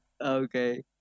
Okay